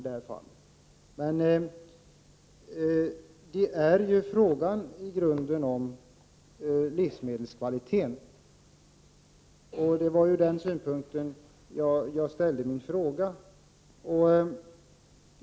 Detta handlar i grunden om livsmedelskvaliteten, och det var från den utgångspunkten jag ställde min fråga.